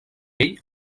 ell